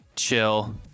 chill